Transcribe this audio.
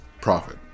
profit